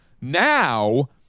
Now